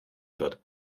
wird